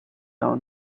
own